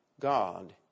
God